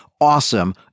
awesome